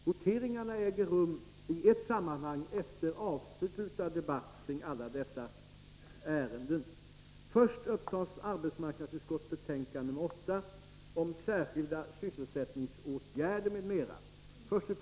Voteringarna äger rum i ett sammanhang efter avslutad debatt.